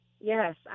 Yes